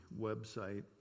website